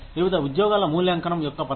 వివిధ ఉద్యోగాల మూల్యాంకనం యొక్క పద్ధతి